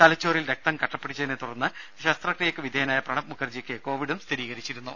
തലച്ചോറിൽ രക്തം കട്ടപിടിച്ചതിനെത്തുടർന്ന് ശസ്ത്രക്രിയക്കു വിധേയനായ പ്രണബ് മുഖർജിക്ക് കോവിഡും സ്ഥിരീകരിച്ചിരുന്നു